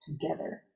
together